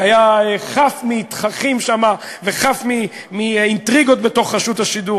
זה היה חף מתככים שם וחף מאינטריגות בתוך רשות השידור.